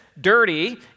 dirty